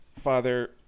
father